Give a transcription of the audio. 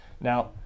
Now